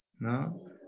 no